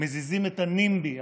מזיזים את הנמב"י,